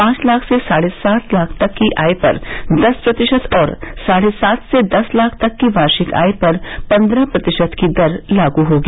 पांच लाख से साढ़े सात लाख तक की आय पर दस प्रतिशत और साढ़े सात से दस लाख तक की वार्षिक आय पर पन्द्रह प्रतिशत की दर लागू होगी